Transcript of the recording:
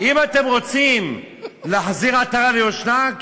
אם אתם רוצים להחזיר עטרה ליושנה,